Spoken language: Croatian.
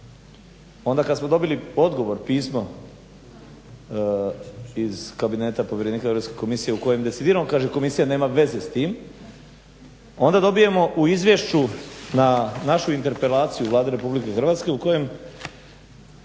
onda kad smo dobili odgovor pismo iz kabineta povjerenika Europske komisije u kojem decidirano kažem komisija nema veze s tim, onda dobijemo u izvješću na našu interpelaciju Vlade Republike Hrvatske u kojem